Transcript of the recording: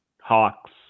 Hawks